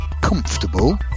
comfortable